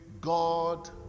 God